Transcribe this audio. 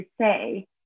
say